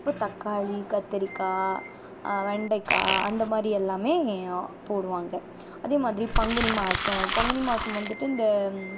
அப்போ தக்காளி கத்திரிக்காய் வெண்டைக்காய் அந்தமாதிரி எல்லாமே போடுவாங்க அதேமாதிரி பங்குனி மாதம் பங்குனிமாதம் வந்துவிட்டு இந்த